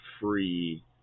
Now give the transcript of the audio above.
free